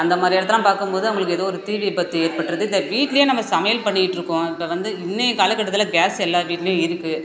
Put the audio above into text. அந்த மாதிரி இடத்தெல்லாம் பார்க்கும்போது அவங்களுக்கு ஏதோ ஒரு தீ விபத்து ஏற்பட்றுது இந்த வீட்டிலையே நம்ம சமையல் பண்ணிகிட்ருக்கோம் இப்போ வந்து இன்றைய காலகட்டத்தில் கேஸ் எல்லா வீட்டிலையும் இருக்குது